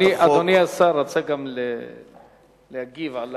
אדוני השר רצה להגיב גם על,